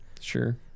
Sure